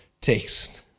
text